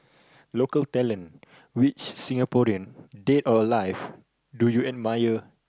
local talent which Singaporean dead or alive do you admire